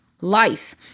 life